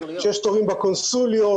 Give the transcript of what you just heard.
שיש תורים בקונסוליות.